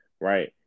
right